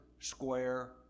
Square